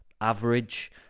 average